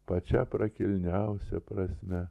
pačia prakilniausia prasme